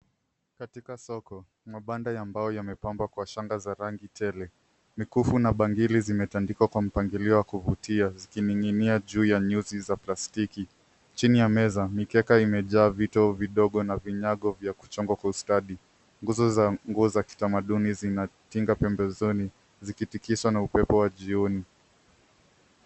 Katika soko mapanda ya mbao yamepangwa kwa shanga ya rangi tele. Mikufu na bangili zimetandikwa kwa mpangilio wa kuvutia zikininginia juu ya nyuzi za plastiki. Chini ya meza mikeka imejaa vitu vidogo na vinyako vya kuchongwa kwa ustadi. Nguzo za nguo za kitamaduni zinatinga pempeni zoni zikitikizwa na upepo wa jioni.